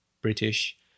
British